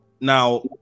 Now